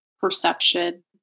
perception